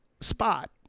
spot